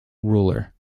ruler